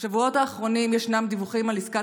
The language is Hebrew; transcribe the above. בשבועות האחרונים ישנם דיווחים על עסקת